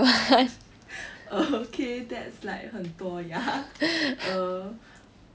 okay that's like 很多 ya err